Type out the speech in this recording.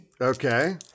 okay